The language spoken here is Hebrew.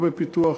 לא בפיתוח,